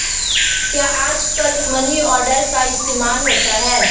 क्या आजकल money order का इस्तेमाल होता है?